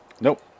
Nope